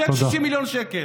צ'ק 60 מיליון שקל.